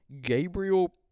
Gabriel